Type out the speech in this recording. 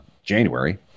January